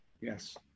Yes